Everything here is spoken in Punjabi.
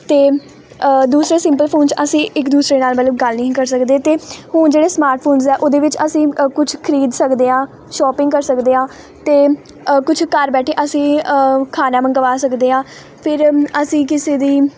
ਅਤੇ ਦੂਸਰਾ ਸਿੰਪਲ ਫੋਨ 'ਚ ਅਸੀਂ ਇੱਕ ਦੂਸਰੇ ਨਾਲ ਮਤਲਬ ਗੱਲ ਨਹੀਂ ਕਰ ਸਕਦੇ ਅਤੇ ਹੁਣ ਜਿਹੜੇ ਸਮਾਰਟ ਫੋਨਜ਼ ਆ ਉਹਦੇ ਵਿੱਚ ਅਸੀਂ ਕੁਛ ਖਰੀਦ ਸਕਦੇ ਹਾਂ ਸ਼ੋਪਿੰਗ ਕਰ ਸਕਦੇ ਹਾਂ ਅਤੇ ਕੁਛ ਘਰ ਬੈਠੇ ਅਸੀਂ ਖਾਣਾ ਮੰਗਵਾ ਸਕਦੇ ਹਾਂ ਫਿਰ ਅਸੀਂ ਕਿਸੇ ਦੀ